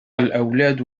الأولاد